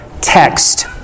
text